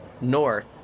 north